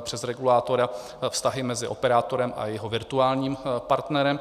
přes regulátora vztahy mezi operátorem a jeho virtuálním partnerem.